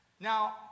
Now